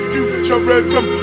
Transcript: Futurism